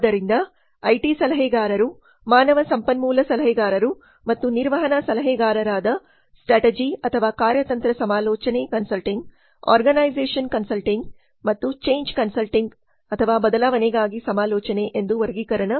ಆದ್ದರಿಂದ ಐಟಿ ಸಲಹೆಗಾರರು ಮಾನವ ಸಂಪನ್ಮೂಲ ಸಲಹೆಗಾರರು ಮತ್ತು ನಿರ್ವಹಣಾ ಸಲಹೆಗಾರರಾದ ಸ್ಟ್ರಾಟಜಿಕಾರ್ಯತಂತ್ರ ಸಮಾಲೋಚನೆ ಕನ್ಸಲ್ಟಿಂಗ್ ಆರ್ಗನೈಸೇಶನ್ ಕನ್ಸಲ್ಟಿಂಗ್ ಮತ್ತು ಚೇಂಜ್ ಕನ್ಸಲ್ಟಿಂಗ್ ಬದಲಾವಣೆಗಾಗಿ ಸಮಾಲೋಚನೆ ಎಂದು ವರ್ಗೀಕರಣ